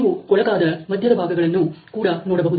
ನೀವು ಕೊಳಕಾದ ಮಧ್ಯಭಾಗಗಳನ್ನು ಕೂಡ ನೋಡಬಹುದು